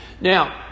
Now